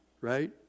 Right